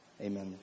Amen